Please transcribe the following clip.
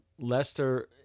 Lester